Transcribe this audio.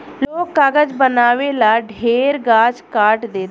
लोग कागज बनावे ला ढेरे गाछ काट देता